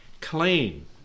clean